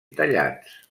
tallats